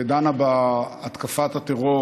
ודנה בהתקפת הטרור